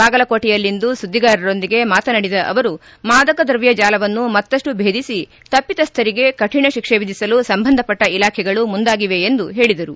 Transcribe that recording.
ಬಾಗಲಕೋಟೆಯಲ್ಲಿಂದು ಸುದ್ದಿಗಾರರೊಂದಿಗೆ ಮಾತನಾಡಿದ ಅವರು ಮಾದಕ ದ್ರವ್ಯ ಜಾಲವನ್ನು ಮತ್ತಷ್ಟು ಭೇದಿಸಿ ತಪ್ಪಿತಸ್ಥರಿಗೆ ಕಠಿಣ ಶಿಕ್ಷೆ ವಿಧಿಸಲು ಸಂಬಂಧಪಟ್ಟ ಇಲಾಖೆಗಳು ಮುಂದಾಗಿವೆ ಎಂದು ಹೇಳದರು